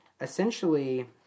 essentially